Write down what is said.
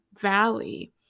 valley